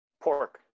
Pork